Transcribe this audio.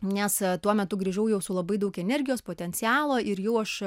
nes tuo metu grįžau jau su labai daug energijos potencialo ir jau aš